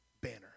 banner